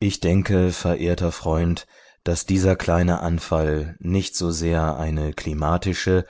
ich denke verehrter freund daß dieser kleine anfall nicht so sehr eine klimatische